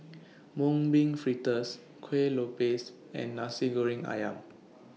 Mung Bean Fritters Kueh Lopes and Nasi Goreng Ayam